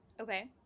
Okay